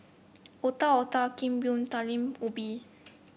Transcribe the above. Otak Otak Kueh Bom Talam Ubi